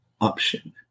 option